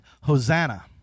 Hosanna